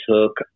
took